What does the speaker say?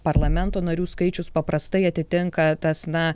parlamento narių skaičius paprastai atitinka tas na